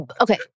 Okay